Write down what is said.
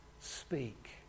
speak